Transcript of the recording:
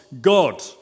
God